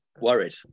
worried